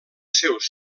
seus